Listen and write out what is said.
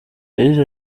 yagize